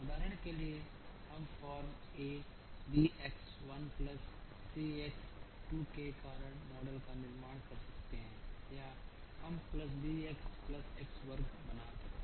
उदाहरण के लिए हम form a b x 1 plus c x 2 के कारण मॉडल का निर्माण कर सकते हैं या हम plus b x plus x वर्ग बना सकते हैं